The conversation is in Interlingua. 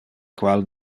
qual